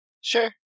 Sure